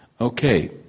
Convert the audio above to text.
Okay